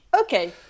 Okay